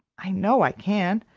i know i can.